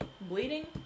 Bleeding